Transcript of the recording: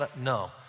No